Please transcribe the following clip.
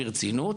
ברצינות,